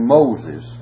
Moses